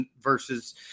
versus